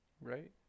right